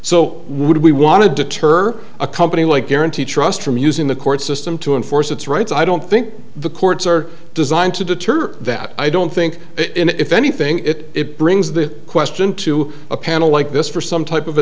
would we want to deter a company like guarantee trust from using the court system to enforce its rights i don't think the courts are designed to deter that i don't think if anything it it brings the question to a panel like this for some type of a